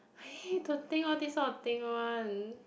I hate to think all these kind of thing one